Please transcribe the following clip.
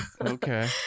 Okay